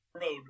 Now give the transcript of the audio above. road